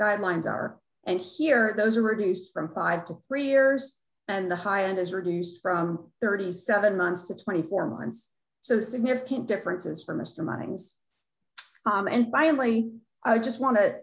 guidelines are and here those are reduced from five to three years and the high end is reduced from thirty seven months to twenty four months so significant differences for most americans and by only i just want to